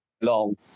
long